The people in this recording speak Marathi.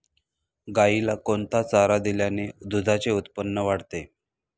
गाईला कोणता चारा दिल्याने दुधाचे उत्पन्न वाढते?